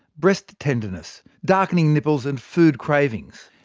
breast tenderness, darkening nipples and food cravings.